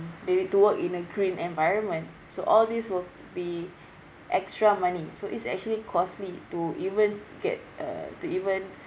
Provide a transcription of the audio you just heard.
they need to work in a green environment so all these will be extra money so it's actually costly to even get uh to even